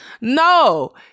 no